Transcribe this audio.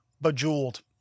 bejeweled